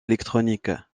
électronique